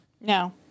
No